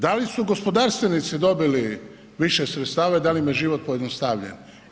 Da li su gospodarstvenici dobili više sredstava i da li im je život pojednostavljen?